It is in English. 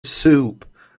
soup